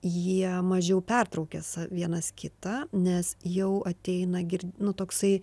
jie mažiau pertraukia vienas kitą nes jau ateina gir nu toksai